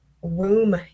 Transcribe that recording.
womb